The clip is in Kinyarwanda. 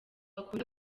akunda